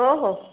हो हो